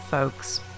folks